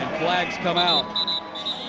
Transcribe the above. flags come out.